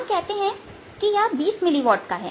हम यह कहते हैं कि यह 20 मिलीवॉट का है